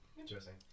Interesting